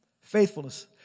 Faithfulness